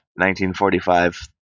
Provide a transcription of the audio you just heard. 1945